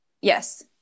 yes